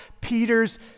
Peter's